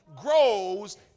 grows